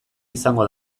izango